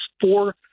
four